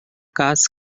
cas